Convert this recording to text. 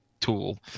tool